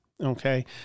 Okay